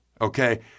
Okay